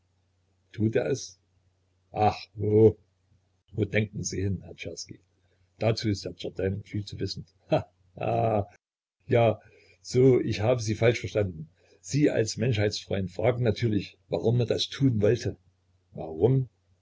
tut er es ach wo wo denken sie hin herr czerski dazu ist der certain viel zu wissend ha ha ja so ich habe sie falsch verstanden sie als menschheitsfreund fragen natürlich warum er das tun wollte warum